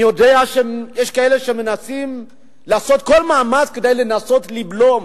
אני יודע שיש כאלה שמנסים לעשות כל מאמץ כדי לנסות לבלום,